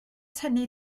tynnu